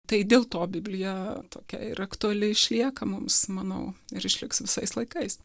tai dėl to biblija tokia ir aktuali išlieka mums manau ir išliks visais laikais